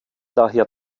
daher